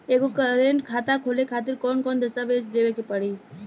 एगो करेंट खाता खोले खातिर कौन कौन दस्तावेज़ देवे के पड़ी?